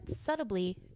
subtly